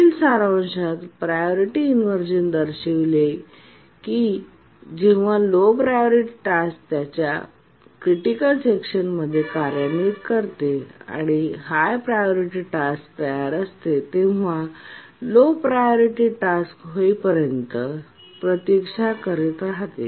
वरील सारांशात priority inversion दर्शविते की जेव्हा लो प्रायोरिटी टास्क त्याचे क्रिटिकल सेक्शन कार्यान्वित करते आणि हाय प्रायोरिटी टास्क तयार असते तेव्हा लो प्रायोरिटी टास्क होईपर्यंत प्रतीक्षा करत राहते